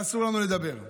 ואסור לנו לדבר.